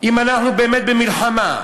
אם אנחנו באמת במלחמה,